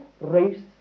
race